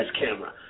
camera